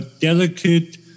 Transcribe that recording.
delicate